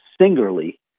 singularly